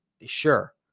Sure